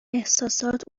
احساسات